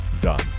done